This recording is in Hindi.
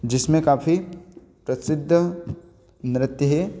जिसमें काफ़ी प्रसिद्ध नृत्य है